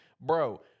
bro